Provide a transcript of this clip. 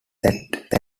that